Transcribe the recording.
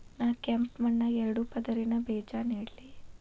ನಾ ಕೆಂಪ್ ಮಣ್ಣಾಗ ಎರಡು ಪದರಿನ ಬೇಜಾ ನೆಡ್ಲಿ?